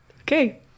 Okay